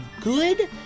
good